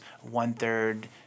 one-third